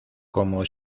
como